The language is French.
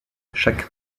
chaque